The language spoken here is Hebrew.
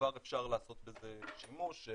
וכבר אפשר לעשות בזה שימוש,